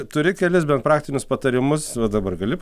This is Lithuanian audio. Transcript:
turi kelis bent praktinius patarimus va dabar gali